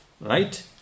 Right